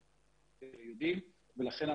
--- ולכן,